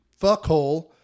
fuckhole